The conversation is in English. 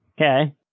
Okay